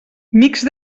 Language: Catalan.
mixt